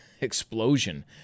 explosion